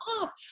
off